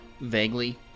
Vaguely